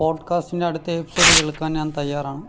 പോഡ്കാസ്റ്റിൻ്റെ അടുത്ത എപ്പിസോഡ് കേൾക്കാൻ ഞാൻ തയ്യാറാണ്